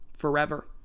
forever